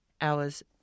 hours